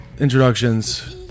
introductions